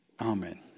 Amen